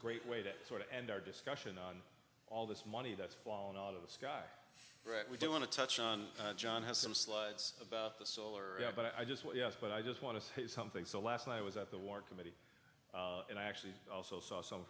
great way to sort of end our discussion on all this money that's fallen out of the sky right we do want to touch on john has some slides about the solar but i just want yes but i just want to say something so last night i was at the war committee and i actually also saw some